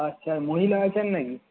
আচ্ছা আর মহিলা আছেন নাকি